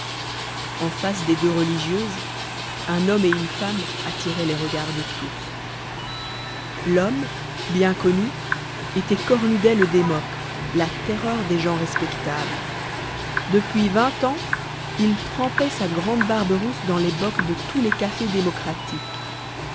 en face des deux religieuses un homme et une femme attiraient les regards de tous l'homme bien connu était cornudet le démoc la terreur des gens respectables depuis vingt ans il trempait sa grande barbe rousse dans les bocks de tous les cafés démocratiques